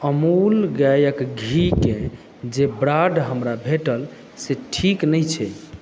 अमूल गायके घीकेँ जे ब्राड हमरा भेटल से ठीक नहि छै